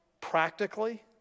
practically